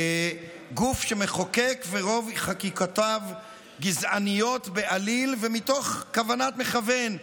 לגוף שמחוקק ורוב חקיקותיו גזעניות בעליל ומתוך כוונת מכוון.